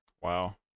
Wow